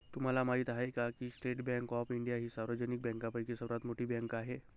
तुम्हाला माहिती आहे का की स्टेट बँक ऑफ इंडिया ही सार्वजनिक बँकांपैकी सर्वात मोठी बँक आहे